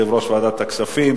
יושב-ראש ועדת הכספים,